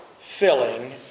filling